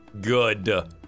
Good